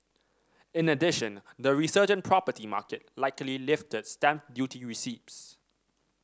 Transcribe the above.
in addition the resurgent property market likely lifted stamp duty receipts